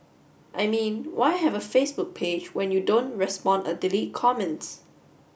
I mean why have a Facebook page when you don't respond or delete comments